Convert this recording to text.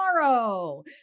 tomorrow